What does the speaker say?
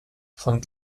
von